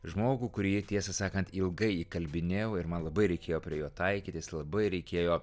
žmogų kurį tiesą sakant ilgai įkalbinėjau ir man labai reikėjo prie jo taikytis labai reikėjo